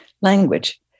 language